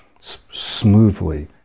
smoothly